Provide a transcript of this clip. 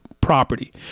property